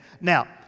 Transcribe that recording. now